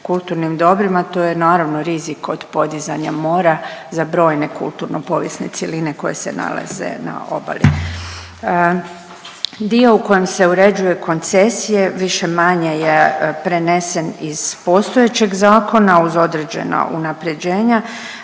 kulturnim dobrima tu je naravno rizik od podizanja mora za brojne kulturno povijesne cjeline koje se nalaze na obali. Dio u kojem se uređuje koncesije više-manje je prenesen iz postojećeg zakona uz određena unapređenja.